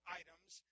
items